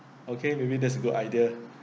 okay maybe that's a good idea